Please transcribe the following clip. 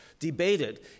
debated